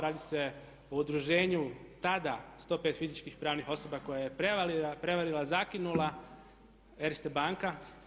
Radi se o udruženju tada 105 fizičkih pravnih osoba koje je prevarila, zakinula Erste banka.